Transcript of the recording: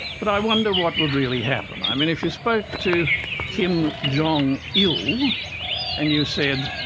but i wonder what would really happen? i mean if you spoke to kim jong il and you said,